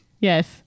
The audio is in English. Yes